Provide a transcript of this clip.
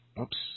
Oops